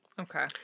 Okay